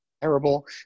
terrible